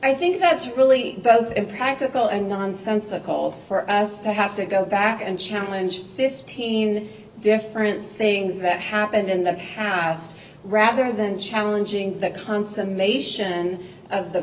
i think that's really both impractical and nonsense a call for us to have to go back and challenge fifteen different things that happened in the past rather than challenging the consummation of the